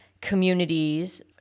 communities